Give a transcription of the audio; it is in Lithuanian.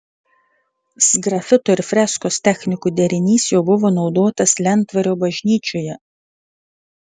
sgrafito ir freskos technikų derinys jau buvo naudotas lentvario bažnyčioje